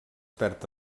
perd